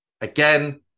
Again